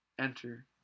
enter